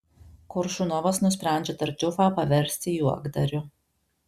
koršunovas nusprendžia tartiufą paversti juokdariu